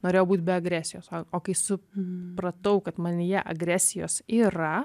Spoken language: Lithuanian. norėjo būti be agresijos o kai supratau kad manyje agresijos yra